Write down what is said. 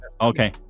Okay